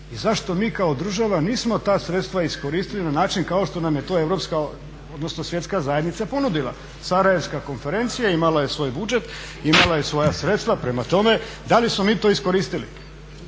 i zašto mi kao država nismo ta sredstva iskoristili na način kao što nam je to europska, odnosno svjetska zajednica ponudila. Sarajevska konferencija imala je svoj budžet, imala je svoja sredstva. Prema tome, da li smo mi to iskoristili?